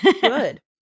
good